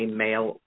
male